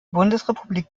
bundesrepublik